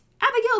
Abigail